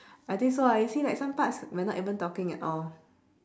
I think so ah you see like some parts we're not even talking at all